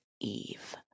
Eve